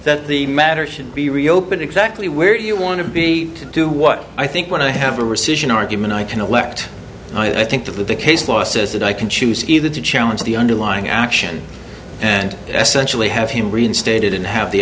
that the matter should be reopened exactly where you want to be to do what i think when i have a rescission argument i can elect and i think that the case law says that i can choose either to challenge the underlying action and essentially have him reinstated and have the